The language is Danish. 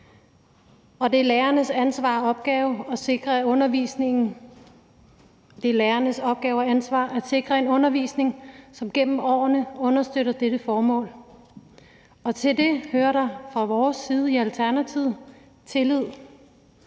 Det er lærernes ansvar og opgave at sikre en undervisning, som gennem årene understøtter dette formål. Til det hører der set fra vores side i Alternativet tillid